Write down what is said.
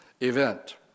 event